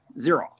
Zero